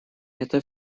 это